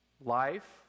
life